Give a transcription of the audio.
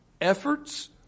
efforts